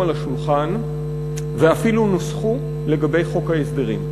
על השולחן ואפילו נוסחו לגבי חוק ההסדרים.